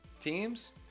teams